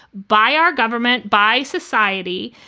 by our government, by society,